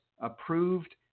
approved